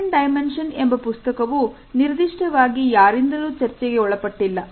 The Hidden Dimension ಎಂಬ ಪುಸ್ತಕವೂ ನಿರ್ದಿಷ್ಟವಾಗಿ ಯಾರಿಂದಲೂ ಚರ್ಚೆಗೆ ಒಳಪಟ್ಟಿಲ್ಲ